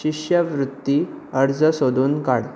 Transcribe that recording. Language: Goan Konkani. शिश्यवृत्ती अर्ज सोदून काड